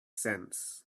sense